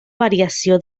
variació